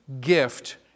gift